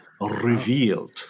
revealed